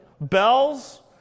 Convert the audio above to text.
Bells